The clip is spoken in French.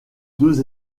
deux